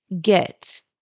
get